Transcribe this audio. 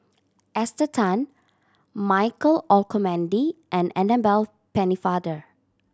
Esther Tan Michael Olcomendy and Annabel Pennefather